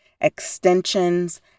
extensions